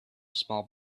small